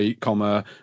comma